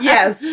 Yes